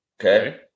Okay